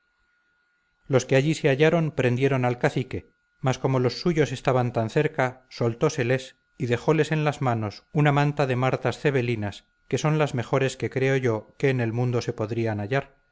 los que allí se hallaron prendieron al cacique mas como los suyos estaban tan cerca soltóseles y dejóles en las manos una manta de martas cebelinas que son las mejores que creo yo que en el mundo se podrían hallar